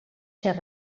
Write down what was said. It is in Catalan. ser